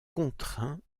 contraint